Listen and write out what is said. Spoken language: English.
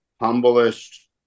humblest